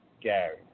Gary